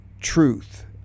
truth